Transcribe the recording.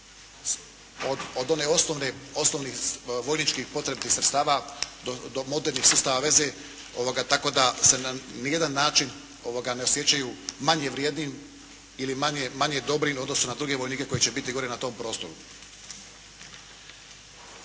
od onih osnovnih vojničkih potrebiti sredstava do modernih sustava veze tako da se na nijedan način ne osjećaju manje vrijednim ili manje dobrim u odnosu na druge vojnike koji će biti gore na tom prostoru.